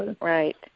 Right